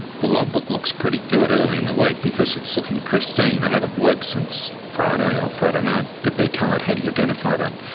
the logbook looks pretty good early in the week because it's looking pristine. they haven't worked since friday or friday night, but they're tired. how do you identify that?